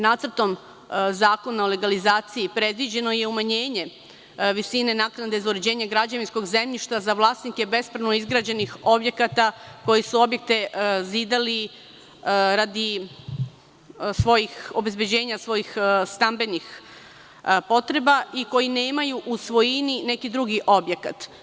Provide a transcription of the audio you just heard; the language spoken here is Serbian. Nacrtom zakona o legalizaciji predviđeno je umanjenje visine naknade za uređenje građevinskog zemljišta za vlasnike bespravno izgrađenih objekata koji su objekte zidali radi obezbeđenja svojih stambenih potreba i koji nemaju u svojini neki drugi objekat.